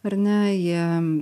ar ne jie